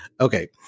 Okay